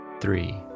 three